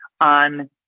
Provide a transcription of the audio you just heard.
on